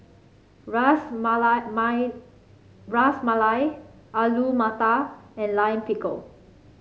Ras Ras Malai Alu Matar and Lime Pickle